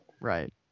right